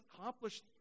accomplished